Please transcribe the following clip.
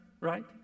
right